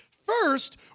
First